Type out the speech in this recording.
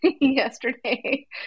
yesterday